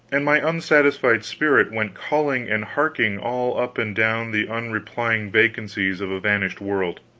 and my unsatisfied spirit went calling and harking all up and down the unreplying vacancies of a vanished world.